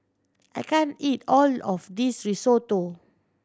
I can't eat all of this Risotto